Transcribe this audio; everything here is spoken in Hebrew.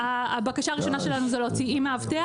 הבקשה הראשונה שלנו זה להוציא עם מאבטח.